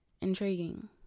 Intriguing